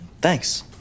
Thanks